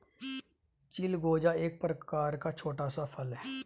चिलगोजा एक प्रकार का छोटा सा फल है